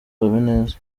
habineza